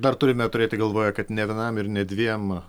dar turime turėti galvoje kad ne vienam ir ne dviem